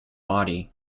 body